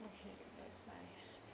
okay that's nice